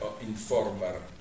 Informer